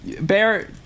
bear